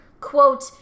Quote